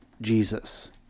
Jesus